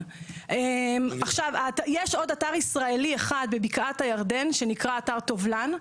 יש עוד אתר ישראלי אחד בבקעת הירדן שנקרא "אתר טובלן".